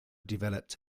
developed